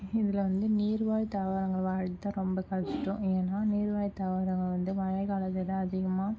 இதில் வந்து நீர்வாழ் தாவரங்கள் வாழ்கிறதுதான் ரொம்ப கஷ்டம் ஏன்னா நீர்வாழ் தாவரங்கள் வந்து மழைக்காலத்தில்தான் அதிகமாக